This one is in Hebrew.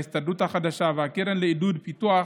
ההסתדרות החדשה והקרן לעידוד ופיתוח,